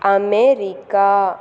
America